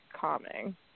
calming